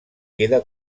queda